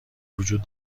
وجود